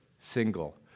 single